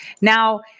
now